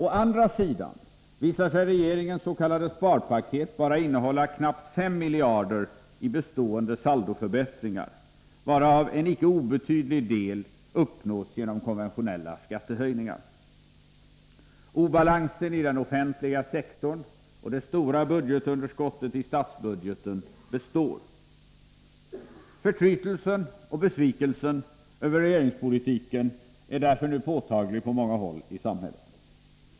Å andra sidan visar sig regeringens s.k. sparpaket bara innehålla knappt 5 miljarder i bestående saldoförbättringar, varav en icke obetydlig del uppnås genom konventionella skattehöjningar. Obalansen i den offentliga sektorn och det stora budgetunderskottet i statsbudgeten består. Förtrytelsen och besvikelsen över regeringspolitiken är därför nu påtaglig på många håll i samhället.